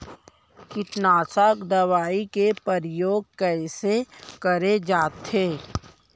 कीटनाशक दवई के प्रयोग कइसे करे जाथे?